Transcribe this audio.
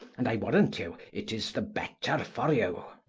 and i warrant you it is the better for you will.